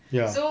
ya